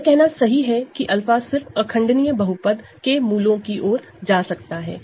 यह कहना सही है की 𝛂 सिर्फ इररेडूसिबल पॉलीनॉमिनल के रूट की ओर जा सकता है